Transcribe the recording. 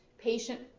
patient